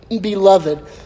beloved